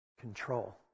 control